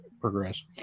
progress